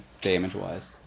Damage-wise